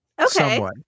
Okay